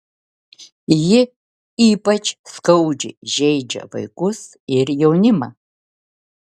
ji ypač skaudžiai žeidžia vaikus ir jaunimą